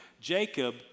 Jacob